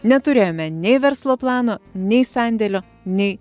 neturėjome nei verslo plano nei sandėlio nei